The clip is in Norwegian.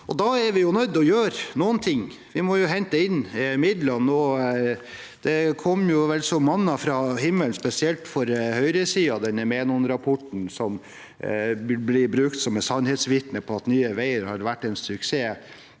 Da er vi nødt til å gjøre noe. Vi må hente inn midlene. Den kom vel som manna fra himmelen, spesielt for høyresiden, den Menon-rapporten som her i dag blir brukt som et sannhetsvitne for at Nye veier har vært en suksess.